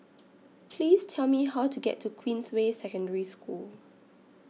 Please Tell Me How to get to Queensway Secondary School